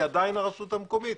היא עדיין הרשות המקומית.